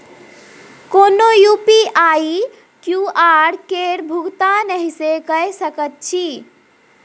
कोनो UPI QR केर भुगतान एहिसँ कए सकैत छी